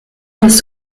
des